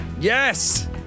Yes